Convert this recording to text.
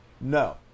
No